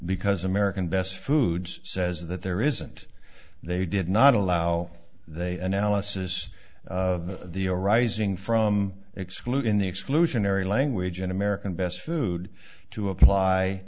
because american best foods says that there isn't they did not allow they analysis of the arising from exclude in the exclusionary language in american best food to apply